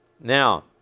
Now